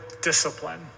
discipline